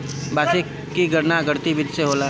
वार्षिकी के गणना गणितीय विधि से होला